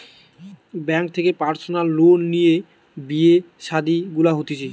bank থেকে personal loan লিয়ে বিয়ে শাদী গুলা হতিছে